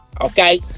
okay